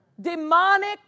Demonic